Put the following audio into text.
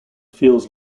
feels